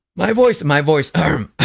my voice my voice uhm,